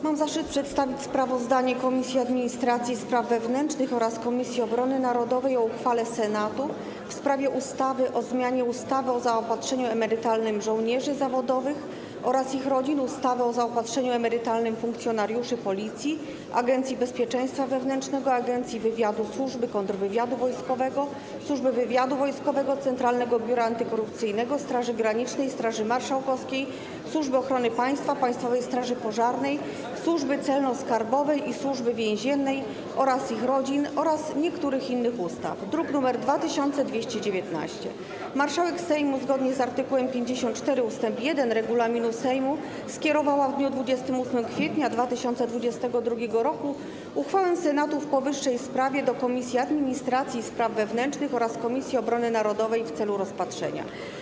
Mam zaszczyt przedstawić sprawozdanie Komisji Administracji i Spraw Wewnętrznych oraz Komisji Obrony Narodowej o uchwale Senatu w sprawie ustawy o zmianie ustawy o zaopatrzeniu emerytalnym żołnierzy zawodowych oraz ich rodzin, ustawy o zaopatrzeniu emerytalnym funkcjonariuszy Policji, Agencji Bezpieczeństwa Wewnętrznego, Agencji Wywiadu, Służby Kontrwywiadu Wojskowego, Służby Wywiadu Wojskowego, Centralnego Biura Antykorupcyjnego, Straży Granicznej, Straży Marszałkowskiej, Służby Ochrony Państwa, Państwowej Straży Pożarnej, Służby Celno-Skarbowej i Służby Więziennej oraz ich rodzin oraz niektórych innych ustaw, druk nr 2219. Marszałek Sejmu, zgodnie z art. 54 ust. 1 regulaminu Sejmu, skierowała w dniu 28 kwietnia 2022 r. uchwałę Senatu w powyższej sprawie do Komisji Administracji i Spraw Wewnętrznych oraz Komisji Obrony Narodowej w celu rozpatrzenia.